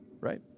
right